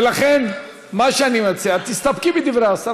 ולכן, מה שאני מציע, תסתפקי בדברי השר.